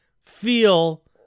feel